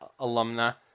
alumna